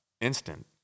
instant